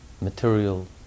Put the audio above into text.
material